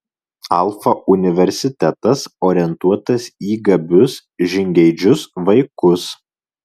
alfa universitetas orientuotas į gabius žingeidžius vaikus